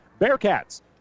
Bearcats